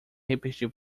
repetir